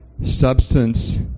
Substance